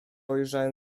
ujrzałem